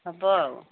ହେବ ଆଉ